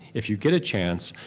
if you get a chance,